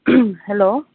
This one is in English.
hello